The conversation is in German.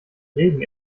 regen